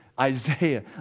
Isaiah